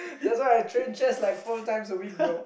that's why I train chest like four times a week bro